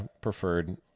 preferred